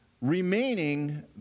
remaining